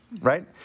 Right